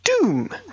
Doom